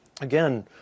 again